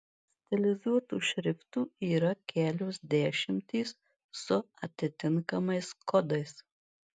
stilizuotų šriftų yra kelios dešimtys su atitinkamais kodais